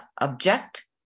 object